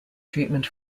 treatment